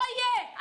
לא יהיה.